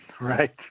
Right